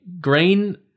green